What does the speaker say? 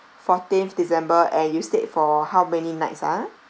fourteenth december and you stayed for how many nights ah